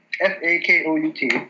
F-A-K-O-U-T